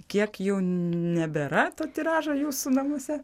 kiek jau nebėra to tiražo jūsų namuose